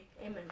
Amen